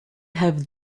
have